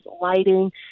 lighting